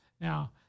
Now